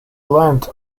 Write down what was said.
leant